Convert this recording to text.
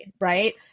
right